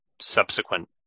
subsequent